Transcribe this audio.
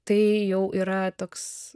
tai jau yra toks